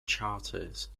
charters